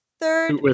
third